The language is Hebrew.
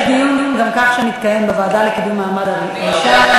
גם כך מתקיים דיון בוועדה לקידום מעמד האישה.